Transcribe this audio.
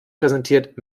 präsentiert